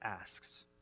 asks